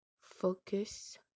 Focus